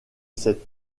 cette